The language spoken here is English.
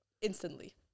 instantly